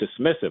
dismissive